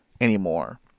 anymore